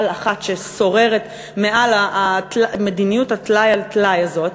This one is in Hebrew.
אחת ששוררת מעל מדיניות הטלאי-על-טלאי הזאת.